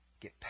get